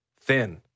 thin